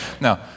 Now